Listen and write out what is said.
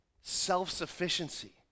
self-sufficiency